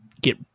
get